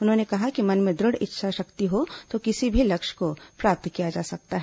उन्होंने कहा कि मन में दृढ़ इच्छाशक्ति हो तो किसी भी लक्ष्य को प्राप्त किया जा सकता है